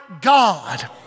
God